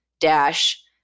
dash